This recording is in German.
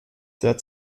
der